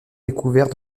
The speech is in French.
découverts